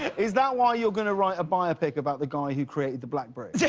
is that why you're going to write a biopic about the guy who created the blackberry? yeah